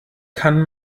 kann